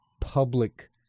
public